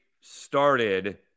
started